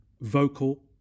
vocal